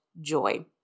joy